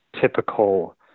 typical